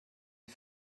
die